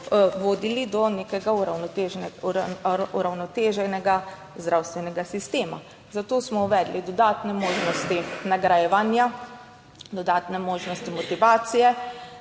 vodili do nekega uravnotežene, uravnoteženega zdravstvenega sistema. Zato smo uvedli dodatne možnosti nagrajevanja, dodatne možnosti motivacije,